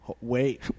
wait